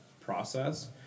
process